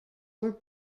were